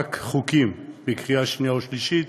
רק חוקים בקריאה שנייה ושלישית